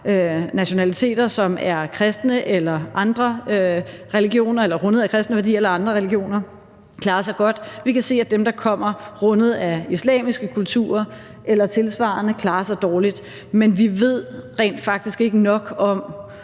nationaliteter, som er kristne eller rundet af kristne værdier, eller andre religioner, klarer sig godt. Vi kan se, at dem, der kommer rundet af islamiske kulturer eller tilsvarende, klarer sig dårligt. Men vi ved rent faktisk ikke nok om,